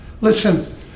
Listen